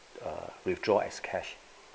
err withdraw as cash